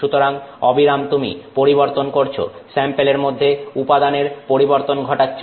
সুতরাং অবিরাম তুমি পরিবর্তন করছো স্যাম্পেলের মধ্যে উপাদানের পরিবর্তন ঘটাচ্ছ